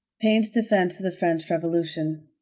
paine's defense of the french revolution.